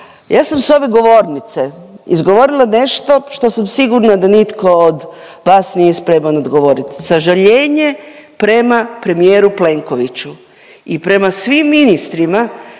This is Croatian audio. Ja sam s ove govornice izgovorila nešto što sam sigurna da nitko od vas nije spreman odgovoriti, sažaljenje prema premijeru Plenkoviću i prema svim ministrima